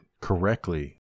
correctly